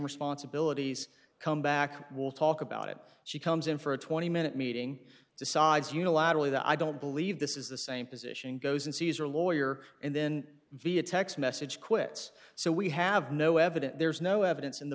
responsibilities come back we'll talk about it she comes in for a twenty minute meeting decides unilaterally that i don't believe this is the same position goes and sees your lawyer and then via text message quits so we have no evidence there's no evidence in the